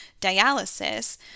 dialysis